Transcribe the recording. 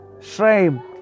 shame